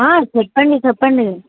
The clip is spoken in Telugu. చెప్పండి చెప్పండి